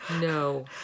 No